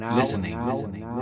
listening